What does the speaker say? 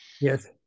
Yes